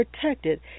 protected